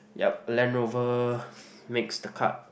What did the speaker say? yeap Land Rover makes the cut